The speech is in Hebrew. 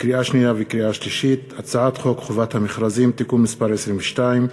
לקריאה שנייה ולקריאה שלישית: הצעת חוק חובת המכרזים (תיקון מס' 22,